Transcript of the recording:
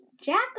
Jack